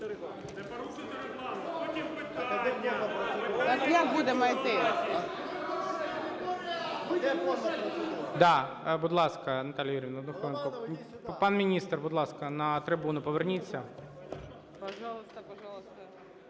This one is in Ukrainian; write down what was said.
Пан міністр, будь ласка, на трибуну поверніться.